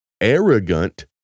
arrogant